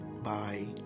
Bye